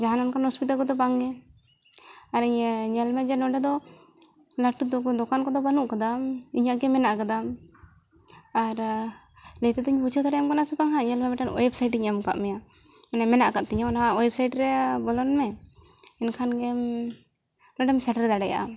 ᱡᱟᱦᱟᱱ ᱚᱱᱠᱟᱱ ᱚᱥᱩᱵᱤᱫᱟ ᱠᱚᱫᱚ ᱵᱟᱝᱜᱮ ᱟᱨ ᱤᱭᱟᱹ ᱧᱮᱞ ᱢᱮ ᱡᱮ ᱱᱚᱸᱰᱮ ᱫᱚ ᱞᱟᱹᱴᱩ ᱫᱚᱠᱟᱱ ᱠᱚᱫᱚ ᱵᱟᱹᱱᱩᱜ ᱟᱠᱟᱫᱟ ᱤᱧᱟᱹᱜ ᱜᱮ ᱢᱮᱱᱟᱜ ᱟᱠᱟᱫᱟ ᱟᱨ ᱞᱟᱹᱭ ᱛᱮᱫᱚᱧ ᱵᱩᱡᱷᱟᱹᱣ ᱫᱟᱲᱮᱭᱟᱢ ᱠᱟᱱᱟ ᱥᱮ ᱵᱟᱝ ᱦᱟᱸᱜ ᱧᱮᱞ ᱢᱮ ᱢᱤᱫᱴᱟᱝ ᱚᱭᱮᱵᱽᱥᱟᱭᱤᱴᱤᱧ ᱮᱢ ᱟᱠᱟᱫ ᱢᱮᱭᱟ ᱢᱟᱱᱮ ᱢᱮᱱᱟᱜ ᱟᱠᱟᱫ ᱛᱤᱧᱟᱹ ᱚᱱᱟ ᱚᱭᱮᱵᱽᱥᱟᱭᱤᱴ ᱨᱮ ᱵᱚᱞᱚᱱ ᱢᱮ ᱮᱱᱠᱷᱟᱱ ᱜᱮᱢ ᱱᱚᱸᱰᱮᱢ ᱥᱮᱴᱮᱨ ᱫᱟᱲᱮᱭᱟᱜᱼᱟ